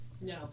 No